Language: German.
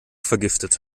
vergiftet